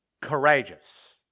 Courageous